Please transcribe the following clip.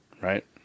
right